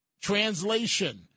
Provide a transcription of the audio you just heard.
translation